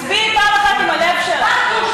תצביעי פעם עם הלב שלך,